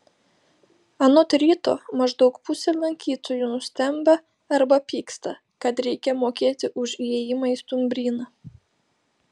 anot ryto maždaug pusė lankytojų nustemba arba pyksta kad reikia mokėti už įėjimą į stumbryną